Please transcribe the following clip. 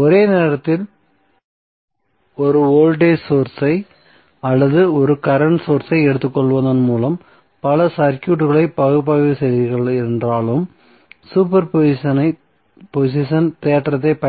ஒரே நேரத்தில் 1 voltage source ஐ அல்லது 1 கரண்ட் சோர்ஸ் ஐ எடுத்துக்கொள்வதன் மூலம் பல சர்க்யூட்களை பகுப்பாய்வு செய்கிறீர்கள் என்றாலும் சூப்பர் பொசிஷன் தேற்றத்தைப்